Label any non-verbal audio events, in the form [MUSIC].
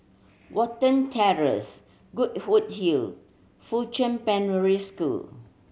Watten Terrace Goodwood Hill and Fuchun [UNINTELLIGIBLE] School